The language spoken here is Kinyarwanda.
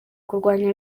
kurwanya